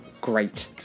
great